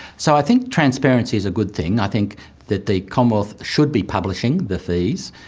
so i think transparency is a good thing. i think that the commonwealth should be publishing the fees.